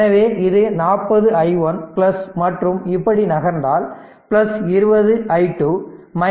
எனவே இது 40 i1 மற்றும் இப்படி நகர்ந்தால் 20 i2 VThevenin 0